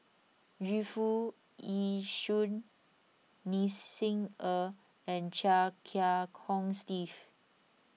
Yu Foo Yee Shoon Ni Xi Er and Chia Kiah Hong Steve